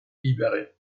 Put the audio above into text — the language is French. libérée